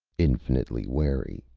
infinitely wary,